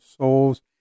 souls